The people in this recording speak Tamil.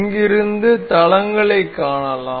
இங்கிருந்து தளங்களைக் காணலாம்